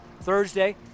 Thursday